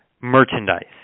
merchandise